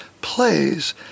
plays